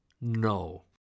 no